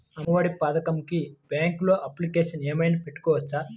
అమ్మ ఒడి పథకంకి బ్యాంకులో అప్లికేషన్ ఏమైనా పెట్టుకోవచ్చా?